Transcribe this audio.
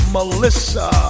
Melissa